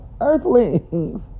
earthlings